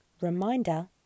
reminder